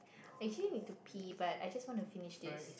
I actually need to pee but I just want to finish this